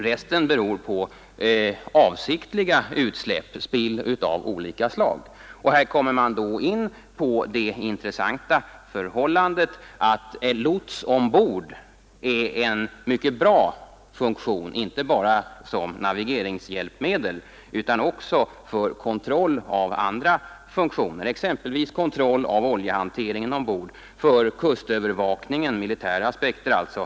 Resten är avsiktliga utsläpp, dvs. spill av olika slag. Här kommer man in på det intressanta förhållandet att en lots ombord fyller en mycket stor funktion inte bara som navigeringshjälp utan också för andra ändamål. Jag tänker exempelvis på kontroll av oljehanteringen ombord och på kustövervakningen — en militär aspekt alltså.